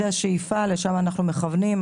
זו השאיפה, לשם אנחנו מכוונים.